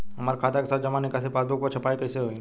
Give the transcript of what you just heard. हमार खाता के सब जमा निकासी पासबुक पर छपाई कैसे होई?